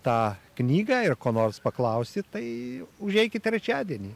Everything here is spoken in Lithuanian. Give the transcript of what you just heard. tą knygą ir ko nors paklausti tai užeikit trečiadienį